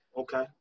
Okay